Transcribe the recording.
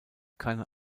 keine